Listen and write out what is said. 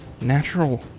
Natural